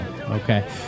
Okay